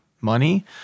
money